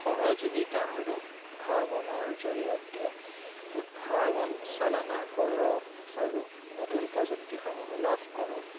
সহযোগিতা আৰু উদ্ভাৱনৰ জৰিয়তে উদ্ভাৱন চালনা কৰক আৰু নতুন প্ৰযুক্তিসমূহ লাভ কৰক